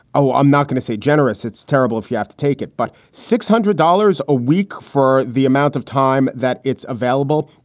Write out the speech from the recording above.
oh, i'm not going to say generous. it's terrible if you have to take it. but six hundred dollars a week. for the amount of time that it's available,